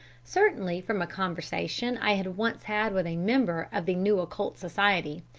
certainly, from a conversation i had once had with a member of the new occult society,